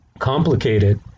complicated